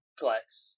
Collects